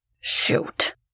Shoot